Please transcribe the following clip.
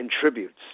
contributes